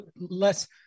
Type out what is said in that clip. less